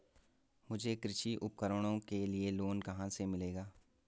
मुझे कृषि उपकरणों के लिए लोन कहाँ से मिलेगा?